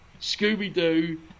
Scooby-Doo